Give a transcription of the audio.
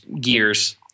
gears